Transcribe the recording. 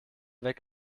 weg